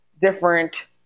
different